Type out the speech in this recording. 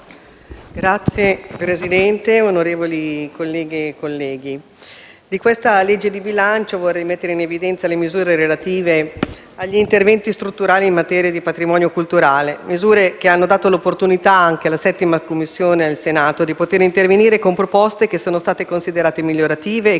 Signor Presidente, onorevoli colleghe e colleghi, di questo disegno di legge di bilancio vorrei mettere in evidenza le misure relative agli interventi strutturali in materia di patrimonio culturale, misure che hanno dato l'opportunità alla 7a Commissione del Senato di poter intervenire con proposte che sono state considerate migliorative e, quindi, accolte in fase emendativa.